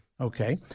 Okay